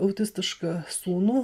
autistišką sūnų